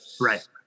right